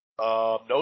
No